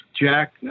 Jack